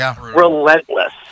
relentless